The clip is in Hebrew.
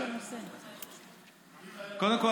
קודם כול,